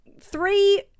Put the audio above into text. Three